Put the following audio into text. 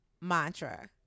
mantra